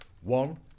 One